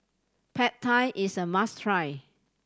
Pad Thai is a must try